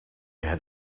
had